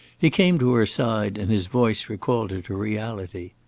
he came to her side, and his voice recalled her to reality.